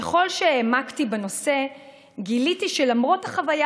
ככל שהעמקתי בנושא גיליתי שלמרות החוויה